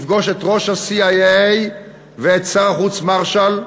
לפגוש את ראש ה-CIA ואת שר החוץ מרשל,